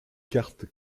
cartes